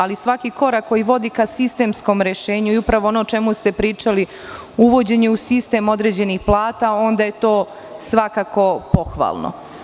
Ali, svaki korak koji vodi ka sistemskom rešenju i upravo ono o čemu ste pričali, uvođenje u sistem određenih plata, onda je to svakako pohvalno.